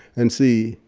and see,